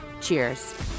Cheers